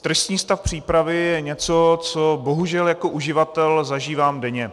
Tristní stav přípravy je něco, co bohužel jako uživatel zažívám denně.